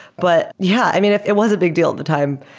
but, yeah. i mean, it was a big deal at the time.